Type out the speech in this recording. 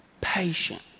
patient